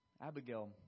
Abigail